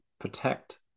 protect